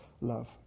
love